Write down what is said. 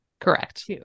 Correct